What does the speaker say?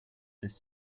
this